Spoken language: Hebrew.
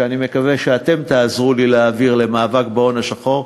שאני מקווה שאתם תעזרו לי להעביר למען המאבק בהון השחור,